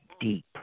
deep